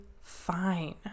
fine